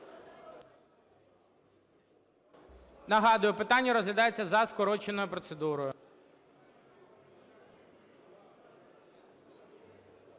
Нагадую, питання розглядається за скороченою процедурою.